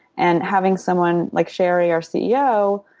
and having someone like sheri, our ceo,